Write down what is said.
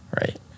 right